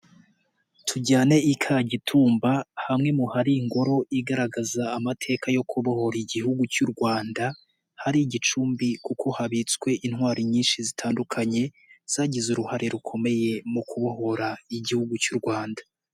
Tujyane i Kagitumba hamwe mu hari ingoro igaragaza amateka yo kubohora igihugu cy'u Rwanda hari igicumbi kuko habitswe intwari nyinshi zitandukanye zagize uruhare rukomeye mu kubohora igihugu cy'u Rwanda.